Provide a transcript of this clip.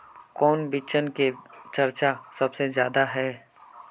कौन बिचन के चर्चा सबसे ज्यादा है?